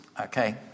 okay